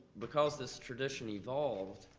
because this tradition evolved,